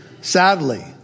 Sadly